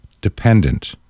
dependent